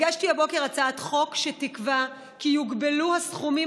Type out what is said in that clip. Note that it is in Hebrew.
הגשתי הבוקר הצעת חוק שתקבע כי יוגבלו הסכומים